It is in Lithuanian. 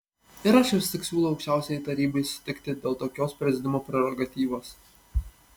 ir aš vis tik siūlau aukščiausiajai tarybai sutikti dėl tokios prezidiumo prerogatyvos